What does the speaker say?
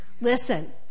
Listen